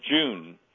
June